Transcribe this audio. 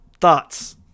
Thoughts